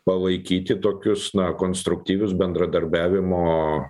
palaikyti tokius na konstruktyvius bendradarbiavimo